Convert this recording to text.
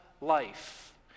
life